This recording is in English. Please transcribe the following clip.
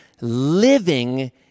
living